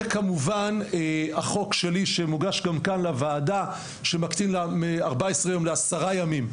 וכמובן החוק שלי שמוגש גם כאן לוועדה שמקטין מ-14 יום לעשרה ימים,